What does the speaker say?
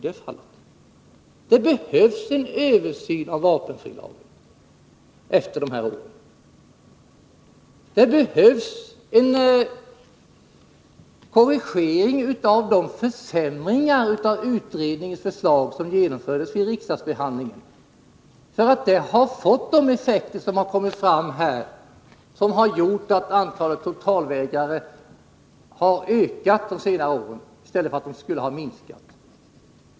Det behövs en översyn av vapenfrilagen efter de här åren. Det behövs en korrigering av de försämringar av utredningens förslag som genomfördes vid riksdagsbehandlingen. De har fått de effekter som kommit fram här, de har gjort att antalet totalvägrare har ökat på senare år i stället för att minska.